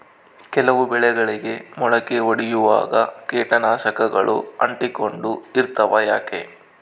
ಕೆಲವು ಬೆಳೆಗಳಿಗೆ ಮೊಳಕೆ ಒಡಿಯುವಾಗ ಕೇಟನಾಶಕಗಳು ಅಂಟಿಕೊಂಡು ಇರ್ತವ ಯಾಕೆ?